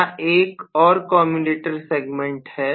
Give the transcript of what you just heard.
यहाँ एक और कम्यूटेटर सेगमेंट है